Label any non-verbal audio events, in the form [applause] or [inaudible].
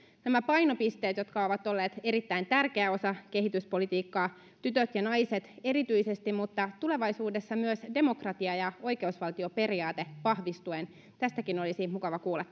nämä painopisteet jotka ovat olleet erittäin tärkeä osa kehityspolitiikkaa tytöt ja naiset erityisesti mutta tulevaisuudessa myös demokratia ja oikeusvaltioperiaate vahvistuen tästäkin olisi mukava kuulla [unintelligible]